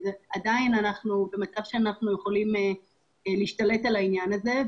זה עדיין מצב שאנחנו יכולים להשתלט על העניין הזה.